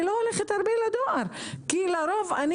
אני לא הולכת הרבה לדואר כי לרוב אני